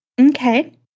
Okay